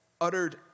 uttered